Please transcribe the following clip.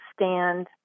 stand